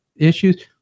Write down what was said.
Issues